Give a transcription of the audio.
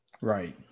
Right